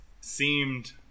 seemed